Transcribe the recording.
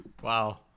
Wow